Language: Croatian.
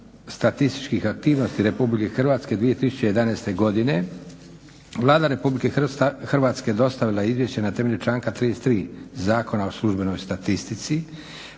statističkih aktivnosti Republike Hrvatske 2011.godine Vlada Republike Hrvatske dostavila je izvješće na temelju članka 33. Zakona o službenoj statistici.